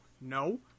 no